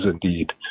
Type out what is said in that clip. indeed